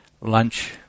lunch